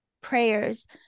prayers